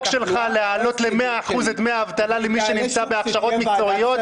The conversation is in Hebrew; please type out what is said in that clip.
שלך להעלות ל-100% את דמי האבטלה למי שנמצא בהכשרות מקצועיות.